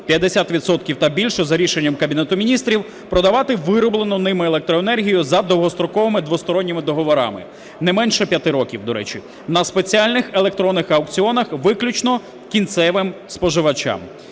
та більше, за рішенням Кабінету Міністрів продавати вироблену ними електроенергію за довгостроковими двосторонніми договорами, не менше 5 років, до речі, на спеціальних електронних аукціонах виключно кінцевим споживачам.